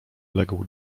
legł